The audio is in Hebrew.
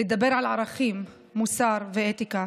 לדבר על ערכים, מוסר ואתיקה.